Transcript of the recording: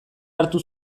hartu